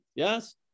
Yes